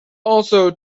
also